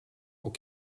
aux